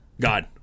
God